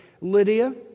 Lydia